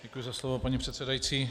Děkuji za slovo, paní předsedající.